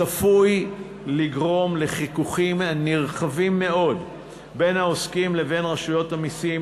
צפוי שתגרום לחיכוכים נרחבים מאוד בין העוסקים לבין רשויות המסים